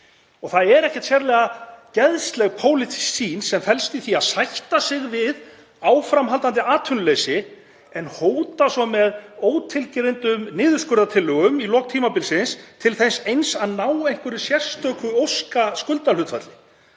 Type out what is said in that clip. Það er ekkert sérlega geðsleg pólitísk sýn sem felst í því að sætta sig við áframhaldandi atvinnuleysi en hóta svo með ótilgreindum niðurskurðartillögum í lok tímabilsins til þess eins að ná einhverju sérstöku óskaskuldahlutfalli.